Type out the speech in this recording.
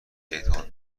اعتماد